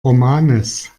romanes